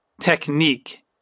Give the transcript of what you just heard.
technique